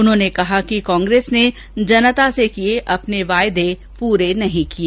उन्होंने कहा कि कांग्रेस ने जनता से किए अपने वायदे पूरे नहीं किए